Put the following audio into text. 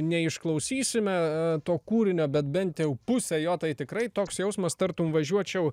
neišklausysime to kūrinio bet bent jau pusę jo tai tikrai toks jausmas tartum važiuočiau